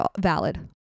valid